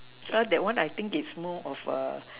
err that one I think is more of a